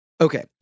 Okay